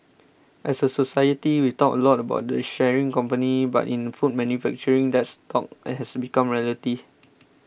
as a society we talk a lot about the sharing company but in food manufacturing that's talk has become reality